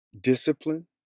Discipline